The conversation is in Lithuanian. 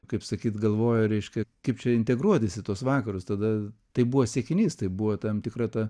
kaip sakyt galvojo reiškia kaip čia integruotis į tuos vakarus tada tai buvo siekinys tai buvo tam tikra ta